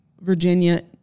Virginia